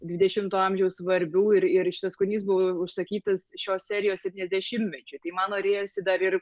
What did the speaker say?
dvidešimto amžiaus svarbių ir ir šitas kūrinys buvo užsakytas šios serijos septyniasdešimtmečiui tai man norėjosi dar ir